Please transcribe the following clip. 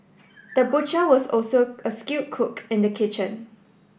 the butcher was also a skilled cook in the kitchen